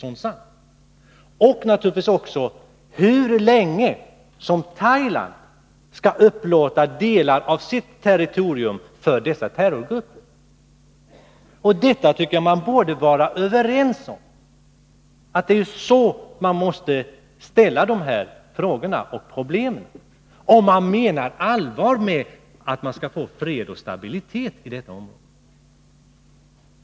Detsamma gäller naturligtvis också hur länge Thailand skall upplåta delar av sitt territorium för dessa terrorgrupper. Jag tycker att man borde vara överens om att det är så man måste ställa dessa frågor och ta upp dessa problem, om man menar allvar med talet om att försöka få fred och stabilitet i detta område.